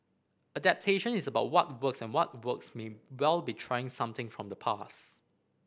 adaptation is about what works and what works may well be trying something from the past